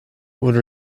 would